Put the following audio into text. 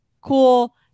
cool